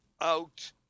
out